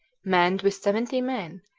manned with seventy men,